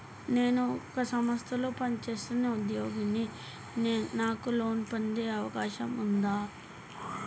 నేను ఒక సంస్థలో పనిచేస్తున్న ఉద్యోగిని నాకు లోను పొందే అవకాశం ఉందా?